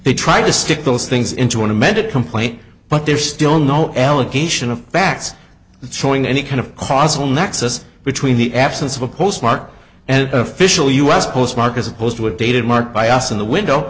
they try to stick those things into an amended complaint but there's still no allegation of backs throwing any kind of causal nexus between the absence of a postmark and official us postmark as opposed to a dated mark by us in the window